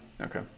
okay